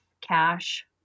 cash